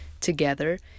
together